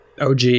OG